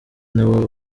n’uwo